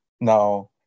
Now